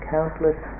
Countless